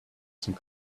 some